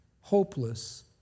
hopeless